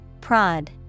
Prod